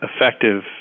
effective